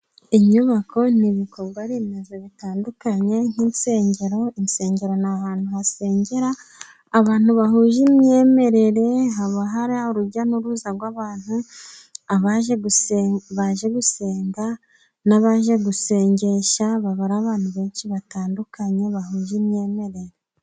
Inyubako ni ibikorwaremezo bitandukanye nk'insengero, insengero ni ahantu hasengera abantu bahuje imyemerere, haba hari urujya n'uruza rw'abantu, abaje baje gusenga, n'abaje gusengesha, baba ari abantu benshi batandukanye bahuje imyemerere.